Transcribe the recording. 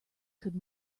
could